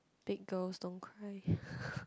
big-girls-don't-cry